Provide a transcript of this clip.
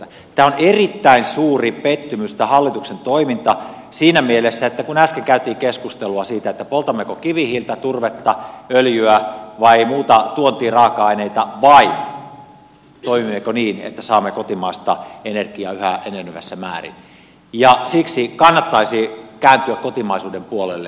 tämä hallituksen toiminta on erittäin suuri pettymys siinä mielessä että kun äsken käytiin keskustelua siitä poltammeko kivihiiltä turvetta öljyä vai muita tuontiraaka aineita vai toimimmeko niin että saamme kotimaasta energiaa yhä enenevässä määrin niin siksi kannattaisi kääntyä kotimaisuuden puolelle